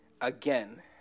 again